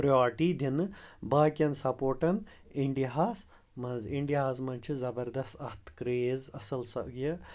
priority دِنہٕ باقٕیَن سپوٹَن اِنٛڈیاہَس منٛز اِنٛڈیاہَس منٛز چھِ زبردَس اَتھ کرٛیز اَصٕل سۄ یہِ